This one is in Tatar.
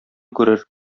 күрер